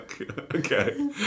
Okay